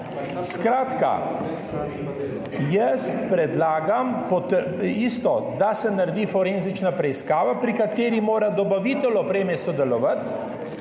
Skratka, jaz predlagam isto, da se naredi forenzična preiskava, pri kateri mora dobavitelj opreme sodelovati.